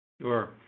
Sure